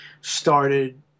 started